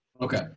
Okay